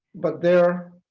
but their